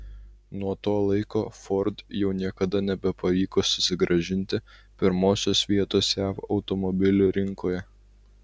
nuo to laiko ford jau niekada nebepavyko susigrąžinti pirmosios vietos jav automobilių rinkoje